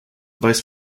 vice